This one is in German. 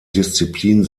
disziplin